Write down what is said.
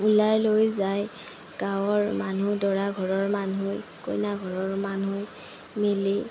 ওলাই লৈ যায় গাঁৱৰ মানুহ দৰাঘৰৰ মানুহ কইনা ঘৰৰ মানুহ মিলি